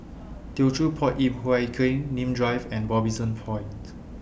Teochew Poit Ip Huay Kuan Nim Drive and Robinson Point